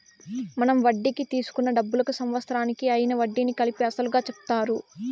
మనం వడ్డీకి తీసుకున్న డబ్బులకు సంవత్సరానికి అయ్యిన వడ్డీని కలిపి అసలుగా చెప్తారు